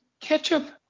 ketchup